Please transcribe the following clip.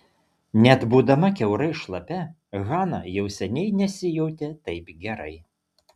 net būdama kiaurai šlapia hana jau seniai nesijautė taip gerai